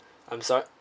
I'm sor~